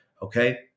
Okay